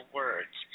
words